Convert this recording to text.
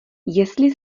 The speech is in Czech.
jestli